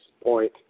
point